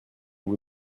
vous